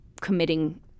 committing